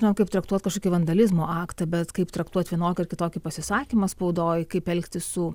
žinom kaip traktuot kažkokį vandalizmo aktą bet kaip traktuot vienokį ar kitokį pasisakymą spaudoj kaip elgtis su